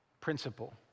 principle